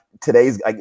today's